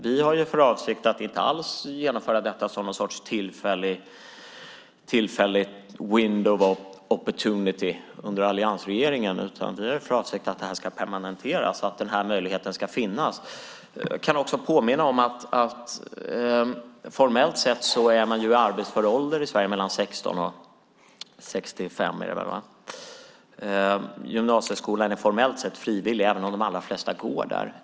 Vi har inte alls för avsikt att genomföra detta som något tillfälligt window of opportunity under alliansregeringen. Vi har för avsikt att detta ska permanentas och att den här möjligheten ska finnas. Jag vill också påminna om att man formellt sett är i arbetsför ålder i Sverige mellan 16 och 65. Gymnasieskolan är formellt sett frivillig även om de allra flesta går där.